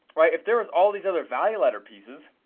right, if there was all these other value ladder pieces,